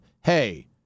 hey